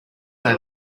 say